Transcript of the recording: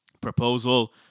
proposal